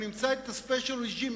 ונמצא את ה-special regime,